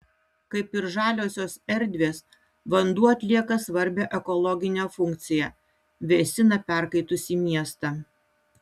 kaip ir žaliosios erdvės vanduo atlieka svarbią ekologinę funkciją vėsina perkaitusį miestą